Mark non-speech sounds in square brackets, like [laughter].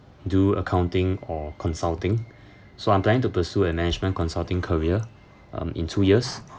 do accounting or consulting [breath] so I'm planning to pursue a management consulting career um in two years